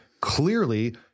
clearly